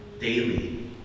daily